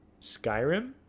Skyrim